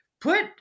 put